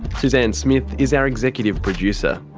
suzanne smith is our executive producer.